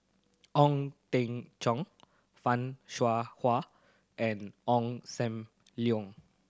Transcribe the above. Ong Teng Cheong Fan Shao Hua and Ong Sam Leong